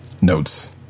notes